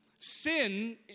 Sin